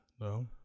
No